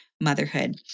motherhood